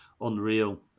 unreal